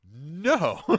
No